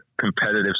competitive